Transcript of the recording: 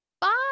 bye